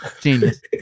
Genius